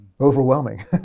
overwhelming